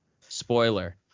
Spoiler